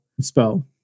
spell